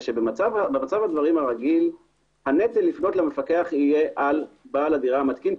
שבמצב הדברים הרגיל הנטל לפנות למפקח יהיה על בעל הדירה המתקין,